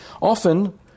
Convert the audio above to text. Often